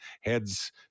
heads